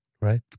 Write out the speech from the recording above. Right